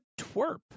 twerp